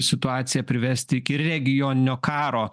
situaciją privesti iki regioninio karo